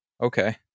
okay